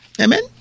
Amen